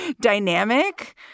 dynamic